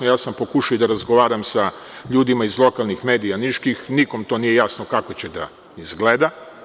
Ja sam pokušao i da razgovaram sa ljudima iz lokalnih medija niških, nikome to nije jasno kako će da izgleda.